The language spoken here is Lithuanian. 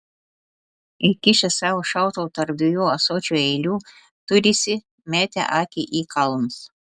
įkišęs savo šautuvą tarp dviejų ąsočių eilių turisi metė akį į kalnus